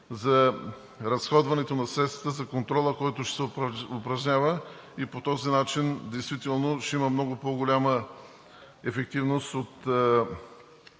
за разходването на средствата, за контрола, който ще се упражнява. По този начин действително ще има много по-голяма ефективност от